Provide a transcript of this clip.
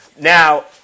Now